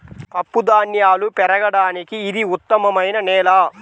పప్పుధాన్యాలు పెరగడానికి ఇది ఉత్తమమైన నేల